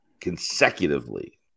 consecutively